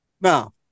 Now